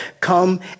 come